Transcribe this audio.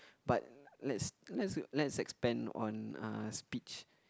but let's let's let's expand on uh speech